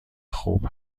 خوب